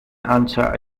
answer